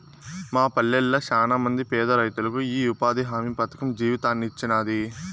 మా పల్లెళ్ళ శానమంది పేదరైతులకు ఈ ఉపాధి హామీ పథకం జీవితాన్నిచ్చినాది